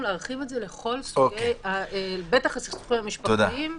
להרחיב את זה בטח לסכסוכים המשפחתיים,